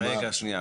רגע, שנייה.